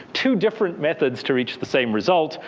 to different methods to reach the same result.